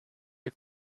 your